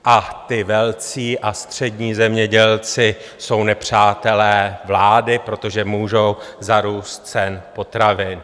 A ti velcí a střední zemědělci jsou nepřátelé vlády, protože můžou za růst cen potravin.